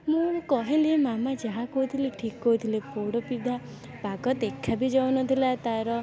ମୁଁ କହିଲି ମାମା ଯାହା କହୁଥିଲେ ଠିକ୍ କହୁଥିଲେ ପୋଡ଼ପିଠା ପାଗ ଦେଖା ବି ଯାଉନଥିଲା ତାର